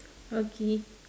okay